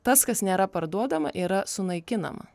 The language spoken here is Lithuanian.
tas kas nėra parduodama yra sunaikinama